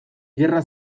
gerra